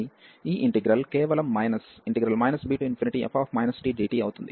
ఆపై ఈ ఇంటిగ్రల్ కేవలం మైనస్ bf tdt అవుతుంది